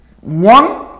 one